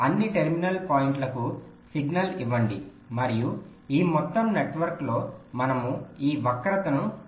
అన్ని టెర్మినల్ పాయింట్లకు సిగ్నల్ ఇవ్వండి మరియు ఈ మొత్తం నెట్వర్క్లో మనము ఈ వక్రతను నియంత్రించాలి